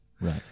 Right